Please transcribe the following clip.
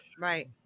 right